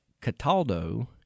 Cataldo